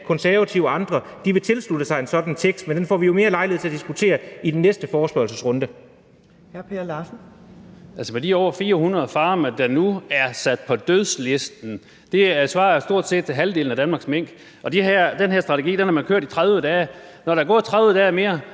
Konservative og andre vil tilslutte sig en sådan tekst. Men den får vi jo mere lejlighed til at diskutere i den næste forespørgselsrunde. Kl. 16:43 Fjerde næstformand (Trine Torp): Hr. Per Larsen. Kl. 16:43 Per Larsen (KF): Altså, med de over 400 farme, der nu er sat på dødslisten, svarer det jo stort set til halvdelen af Danmarks mink, og den her strategi har man kørt i 30 dage. Når der er gået 30 dage mere,